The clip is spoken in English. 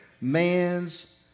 man's